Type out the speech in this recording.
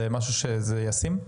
זה משהו שזה ישים?